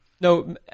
No